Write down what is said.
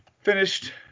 Finished